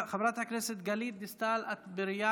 חברת הכנסת גלית דיסטל אטבריאן,